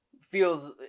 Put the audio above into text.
feels